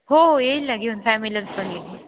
हो येईल घेऊन फॅमिलीला पण येईल